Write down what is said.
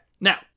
Now